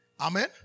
Amen